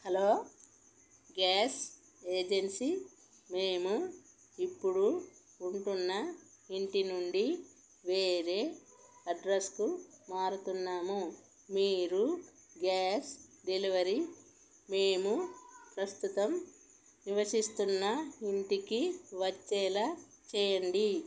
hello gas agency మేము ఇప్పుడు ఉంటున్న ఇంటి నుండి వేరే అడ్రస్కు మారుతున్నాము మీరు గ్యాస్ డెలివరీ మేము ప్రస్తుతం నివసిస్తున్న ఇంటికి వచ్చేలా చేయండి